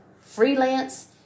freelance